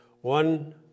one